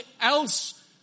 else